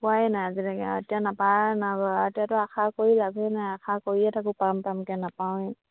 পোৱাই নাই আজিলৈকে এতিয়া নাপায় এতিয়াতো আশা কৰি লাভে নাই আশা কৰিয়ে থাকো পাম পামকৈ নাপাওঁৱে